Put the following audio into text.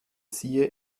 siehe